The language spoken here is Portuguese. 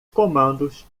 comandos